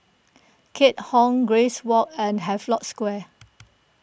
Keat Hong Grace Walk and Havelock Square